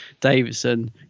Davidson